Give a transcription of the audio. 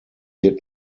did